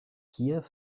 kiew